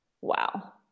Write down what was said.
Wow